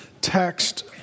text